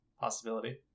possibility